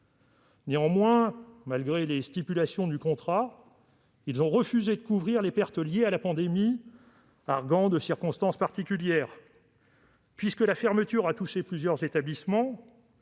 pandémique ? Malgré ces stipulations, les assureurs ont refusé de couvrir les pertes liées à la pandémie, arguant de circonstances particulières : la fermeture ayant touché plusieurs établissements,